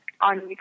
on